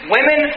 Women